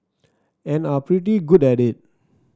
and are pretty good at it